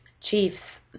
chiefs